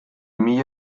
mila